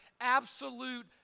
absolute